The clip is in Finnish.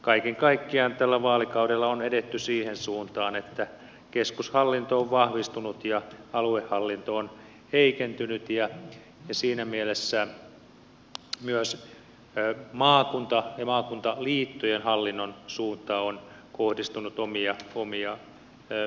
kaiken kaikkiaan tällä vaalikaudella on edetty siihen suuntaan että keskushallinto on vahvistunut ja aluehallinto on heikentynyt ja siinä mielessä myös maakuntahallinnon ja maakuntaliittojen hallinnon suuntaan on kohdistunut omia paineitaan